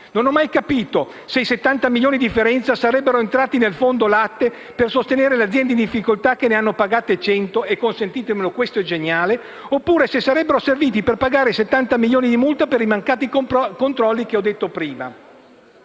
Non ho mai capito se i 70 milioni di differenza sarebbero entrati nel fondo latte, per sostenere le aziende in difficoltà che ne hanno pagati 100 - consentitemelo, questo è geniale - oppure se sarebbero serviti per pagare i 70 milioni di multa per i mancati controlli che ho nominato prima.